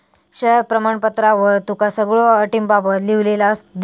share प्रमाणपत्रावर तुका सगळ्यो अटींबाबत लिव्हलेला दिसात